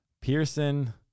Pearson